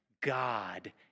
God